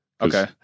Okay